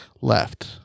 left